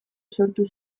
sortu